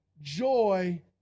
joy